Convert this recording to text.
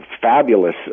fabulous